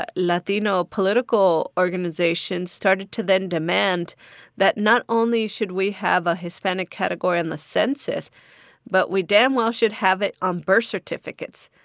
ah latino political organizations started to then demand that not only should we have a hispanic category in the census but we damn well should have it on birth certificates.